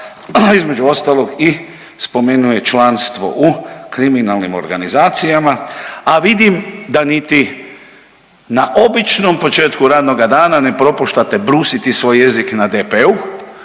između ostalog i spomenuo je članstvo u kriminalnim organizacijama, a vidim da niti na običnom početku radnoga dana ne propuštate brusiti svoj jezik na DP-u,